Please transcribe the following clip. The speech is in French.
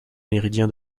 méridien